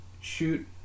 shoot